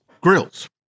grills